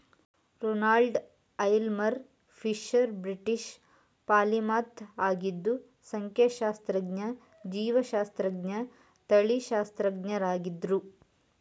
Ronald Aylmer Fisher British polymath ಆಗಿದ್ದು ಸಂಖ್ಯಾಶಾಸ್ತ್ರಜ್ಞ ಜೀವಶಾಸ್ತ್ರಜ್ಞ ತಳಿಶಾಸ್ತ್ರಜ್ಞರಾಗಿದ್ರು